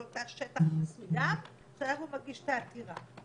תא שטח מסוים שעליו הוא מגיש את העתירה.